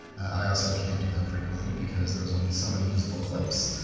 i also can't do them frequently because there is only so many useable clips.